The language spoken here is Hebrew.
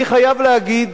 אני חייב להגיד,